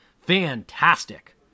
fantastic